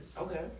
Okay